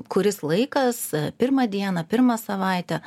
kuris laikas pirmą dieną pirmą savaitę